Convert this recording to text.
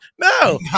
no